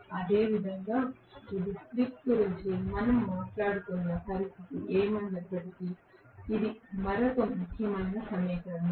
అదేవిధంగా ఇది స్లిప్ గురించి మనం మాట్లాడుతున్న పరిస్థితి ఏమైనప్పటికీ ఇది మరొక ముఖ్యమైన సమీకరణం